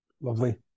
Lovely